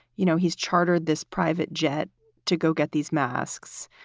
you know, he's chartered this private jet to go get these masks.